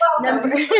Number